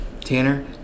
Tanner